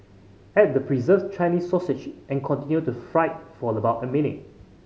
add the preserved Chinese sausage and continue to fry for about a minute